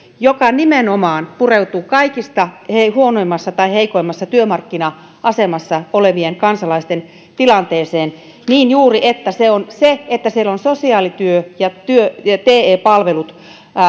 se nimenomaan pureutuu kaikista huonoimmassa tai heikoimmassa työmarkkina asemassa olevien kansalaisten tilanteeseen juuri niin että siellä ovat sosiaalityö ja te palvelut